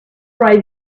right